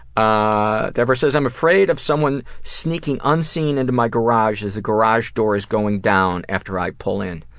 ah debra says i'm afraid of someone sneaking unseen into my garage as the garage door is going down after i pull in.